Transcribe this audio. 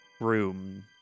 room